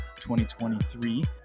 2023